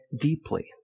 deeply